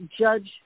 judge